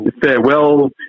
farewell